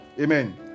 amen